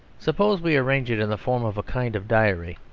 suppose we arrange it in the form of a kind of diary.